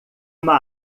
uma